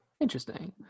Interesting